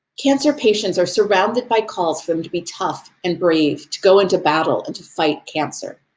cancer patients are surrounded by calls for them to be tough and brave, to go into battle, and to fight cancer.